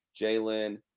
Jalen